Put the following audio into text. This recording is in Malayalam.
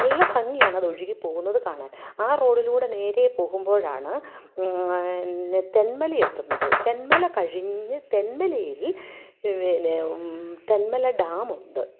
നല്ല ഭംഗിയാണ് അത് ഒഴുകിപോകുന്നത് കാണാൻ ആ റോഡിലൂടെ നേരെ പോകുമ്പോഴാണ് തെന്മല എത്തുന്നത് തെന്മല കഴിഞ്ഞ് തെന്മലയിൽ പിന്നെ തെന്മല ഡാമുണ്ട്